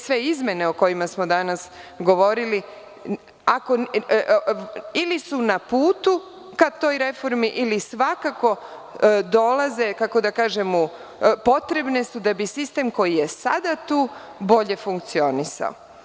sve izmene o kojima smo danas govorili ili su na putu ka toj reformi ili su potrebne da bi sistem, koji je sada tu, bolje funkcionisao.